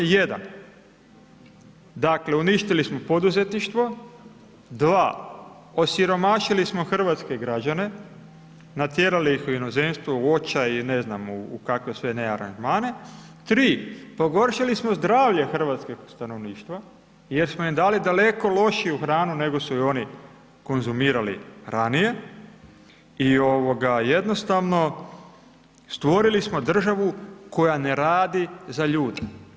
1 dakle, uništili smo poduzetništvo, 2 osiromašili smo hrvatske građane, natjerali ih u inozemstvo, u očaj i ne znam u kakve sve ne aranžmane, 3 pogoršali smo zdravlje hrvatskog stanovništva jer smo im dali daleko lošiju hranu nego su je oni konzumirali ranije i jednostavno, stvorili smo državu koja ne radi za ljude.